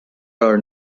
are